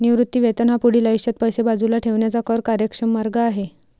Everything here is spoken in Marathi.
निवृत्ती वेतन हा पुढील आयुष्यात पैसे बाजूला ठेवण्याचा कर कार्यक्षम मार्ग आहे